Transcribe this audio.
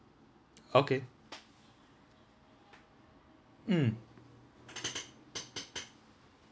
okay mm